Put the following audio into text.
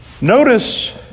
notice